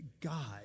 God